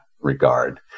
regard